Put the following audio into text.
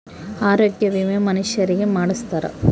ಆರೊಗ್ಯ ವಿಮೆ ಮನುಷರಿಗೇ ಮಾಡ್ಸ್ತಾರ